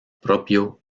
propio